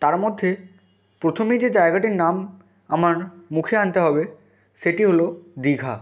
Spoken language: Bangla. তারা মধ্যে প্রথমে যে জায়গাটির নাম আমার মুখে আনতে হবে সেটি হলো দীঘা